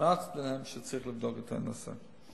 המלצתי להם שצריך לבדוק את הנושא.